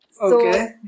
Okay